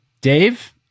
Dave